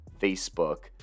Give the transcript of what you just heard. Facebook